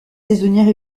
saisonnière